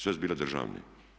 Sve su bile državne.